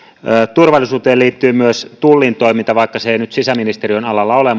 turvallisuuteen liittyy myös tullin toiminta vaikka se ei nyt sisäministeriön alalla ole